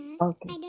okay